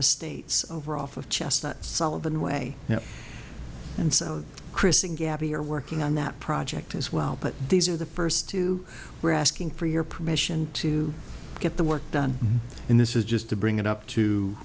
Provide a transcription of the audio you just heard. estates over off of chestnut sullivan way now and so chris and gabby are working on that project as well but these are the first two we're asking for your permission to get the work done in this is just to bring it up to